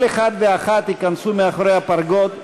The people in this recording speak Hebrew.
וכל אחד ואחת ייכנסו אל מאחורי הפרגוד,